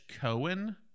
Cohen